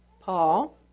Paul